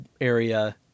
area